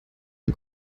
ein